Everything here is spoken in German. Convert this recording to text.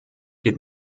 geht